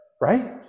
Right